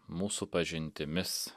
mūsų pažintimis